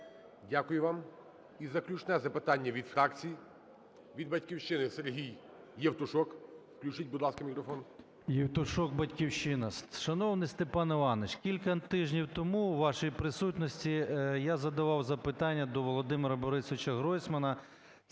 Дякую вам. І заключне запитання від фракцій. Від "Батьківщини" Сергій Євтушок. Включіть, будь ласка, мікрофон. 10:39:16 ЄВТУШОК С.М. Євтушок, "Батьківщина". Шановний Степан Іванович, кілька тижнів тому у вашій присутності я задавав запитання до Володимира Борисовича Гройсмана